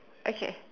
okay